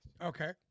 Okay